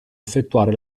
effettuare